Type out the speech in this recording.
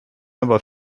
aber